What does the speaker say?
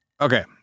okay